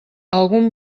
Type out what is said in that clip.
algun